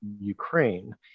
Ukraine